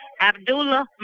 Abdullah